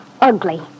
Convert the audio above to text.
ugly